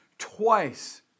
Twice